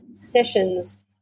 sessions